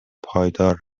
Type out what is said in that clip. پایدار